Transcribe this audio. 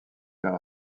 faire